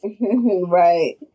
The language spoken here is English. Right